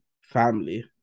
family